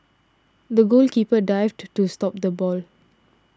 the goalkeeper dived to to stop the ball